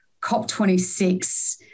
COP26